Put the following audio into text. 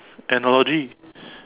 analogy